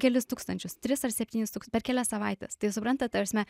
kelis tūkstančius tris ar septynis tūks per kelias savaites tai suprantat ta prasme